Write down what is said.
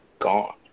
gone